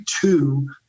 two